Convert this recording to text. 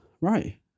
right